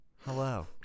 Hello